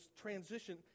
transition